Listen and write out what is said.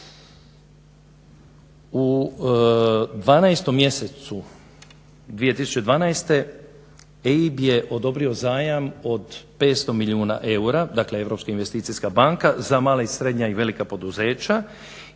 U 12. mjesecu 2012. EIB je odobrio zajam od 500 milijuna eura, dakle Europska investicijska banka za mala i srednja i velika poduzeća